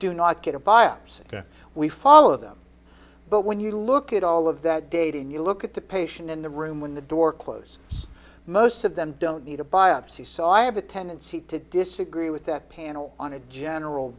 do not get a biopsy we follow them but when you look at all of that data and you look at the patient in the room when the door close most of them don't need a biopsy so i have a tendency to disagree with that panel on a general